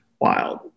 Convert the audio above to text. wild